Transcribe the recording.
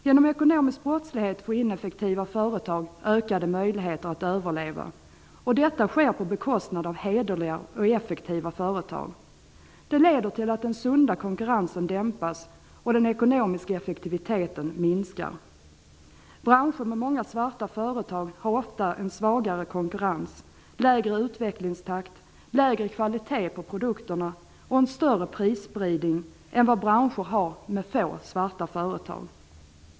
Genom ekonomisk brottslighet får ineffektiva företag ökade möjligheter att överleva. Detta sker på bekostnad av hederliga och effektiva företag. Det leder till att den sunda konkurrensen dämpas och den ekonomiska effektiviteten minskar. Branscher med många svarta företag har ofta en svagare konkurrens, lägre utvecklingstakt, lägre kvalitet på produkterna och en större prisspridning än branscher med få svarta företag.